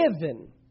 given